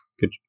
good